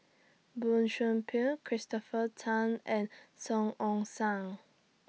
Boey Chuan Poh Christopher Tan and Song Ong Siang